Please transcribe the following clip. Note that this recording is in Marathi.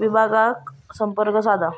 विभागाक संपर्क साधा